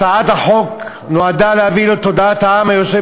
הצעת החוק נועדה להביא לתודעת העם היושב